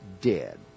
dead